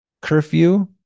curfew